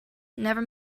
never